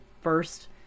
first